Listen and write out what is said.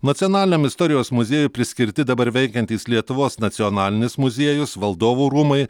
nacionaliniam istorijos muziejui priskirti dabar veikiantys lietuvos nacionalinis muziejus valdovų rūmai